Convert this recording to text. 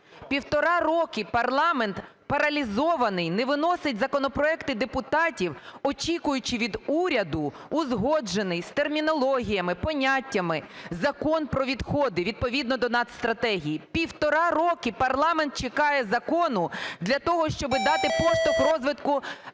Півтора роки парламент паралізований, не виносить законопроекти депутатів, очікуючи від уряду узгоджений, з термінологіями, поняттями Закон "Про відходи" відповідно до нацстратегії. Півтора роки парламент чекає закону для того, щоб дати поштовх розвитку переробним